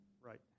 Right